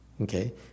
Okay